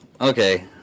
Okay